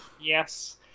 yes